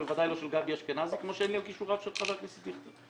בוודאי לא של גבי אשכנזי כמו שאין לי על כישוריו של חבר הכנסת דיכטר.